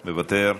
מוותר,